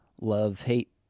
love-hate